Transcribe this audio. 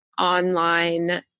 online